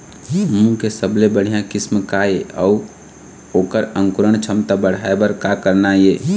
मूंग के सबले बढ़िया किस्म का ये अऊ ओकर अंकुरण क्षमता बढ़ाये बर का करना ये?